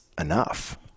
enough